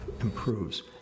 improves